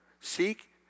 Seek